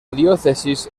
diócesis